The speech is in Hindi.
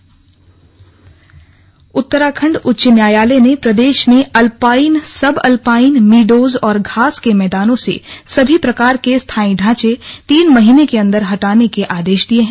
आदेश उत्तराखंड उच्च न्यायालय ने प्रदेश में अल्पाइन सब अल्पाइन मीडोज और घास के मैदानों से सभी प्रकार के स्थायी ढांचे तीन महीने के अंदर हटाने के आदेश दिये हैं